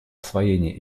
освоение